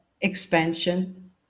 expansion